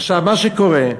עכשיו, מה שקורה,